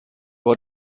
بار